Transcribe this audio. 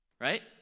right